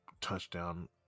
touchdown